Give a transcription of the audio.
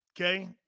Okay